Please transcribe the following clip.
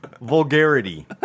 vulgarity